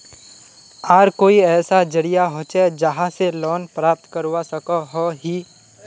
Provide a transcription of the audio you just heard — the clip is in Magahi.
आर कोई ऐसा जरिया होचे जहा से लोन प्राप्त करवा सकोहो ही?